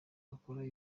bakora